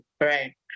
right